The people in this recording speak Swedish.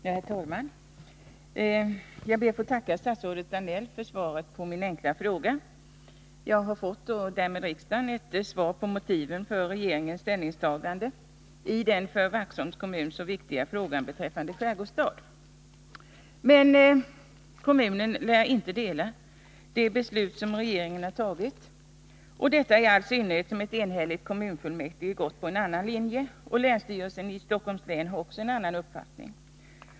Herr talman! Jag ber att få tacka statsrådet Danell för svaret på min fråga. Jag —- och därmed också riksdagen — har fått ett besked om motiven för regeringens ställningstagande i den för Vaxholms kommun så viktiga frågan om skärgårdsstadsprojektet. Men kommunen lär inte komma att ställa sig bakom det beslut som regeringen fattat, och det gäller i all synnerhet som ett enhälligt kommunfullmäktige gått in för en helt annan linje. Också länsstyrelsen i Stockholms län har en avvikande uppfattning.